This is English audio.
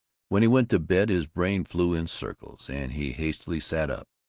when he went to bed his brain flew in circles, and he hastily sat up,